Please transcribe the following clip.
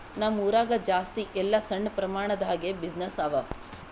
ನಮ್ ಊರಾಗ ಜಾಸ್ತಿ ಎಲ್ಲಾ ಸಣ್ಣ ಪ್ರಮಾಣ ದಾಗೆ ಬಿಸಿನ್ನೆಸ್ಸೇ ಅವಾ